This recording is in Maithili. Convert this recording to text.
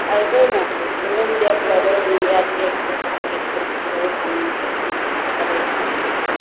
एबै ने रूम देख लेबय रूम पढ़ाइ लिखाइ देख लेबय केना छै ठीक ठाक चलय छै